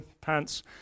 pants